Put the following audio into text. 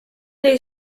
dei